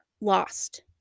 lost